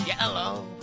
yellow